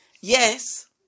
Yes